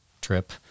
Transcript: trip